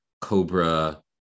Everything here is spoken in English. Cobra